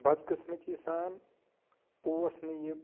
بدقٕسمتی سان اوس نہٕ یہِ